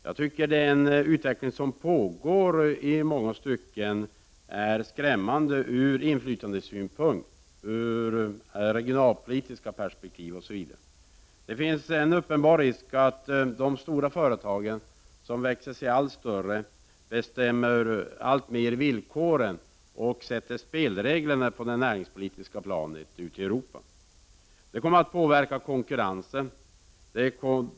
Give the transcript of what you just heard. Jag tycker att den utveckling som pågår är skrämmande ur inflytandesynpunkt, ur regionalpolitiskt perspektiv osv. Det finns en uppenbar risk att de stora företagen, som växer sig allt större, alltmer bestämmer villkoren och sätter spelreglerna på det näringspolitiska planet ute i Europa. Det kommer att påverka konkurrensen.